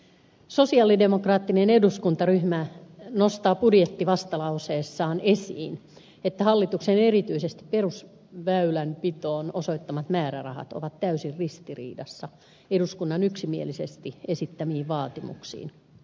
sosialidemokraattinen eduskuntaryhmä nostaa budjettivastalauseessaan esiin että hallituksen erityisesti perusväylänpitoon osoittamat määrärahat ovat täysin ristiriidassa eduskunnan yksimielisesti esittämiin vaatimuksiin